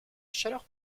chaleur